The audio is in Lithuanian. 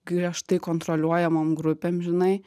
griežtai kontroliuojamom grupėm žinai